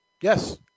Yes